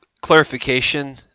clarification